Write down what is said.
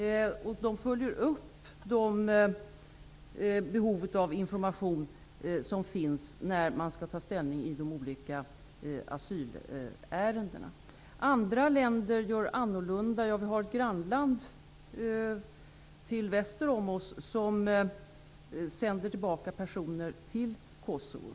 Invandrarverket följer upp behovet av den information som finns när det blir aktuellt att ta ställning i de olika asylärendena. Andra länder gör annorlunda. Vi har ett grannland väster om oss som sänder tillbaka personer till Kosovo.